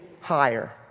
higher